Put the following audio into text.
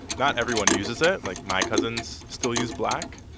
not everyone uses it. like, my cousins still use black.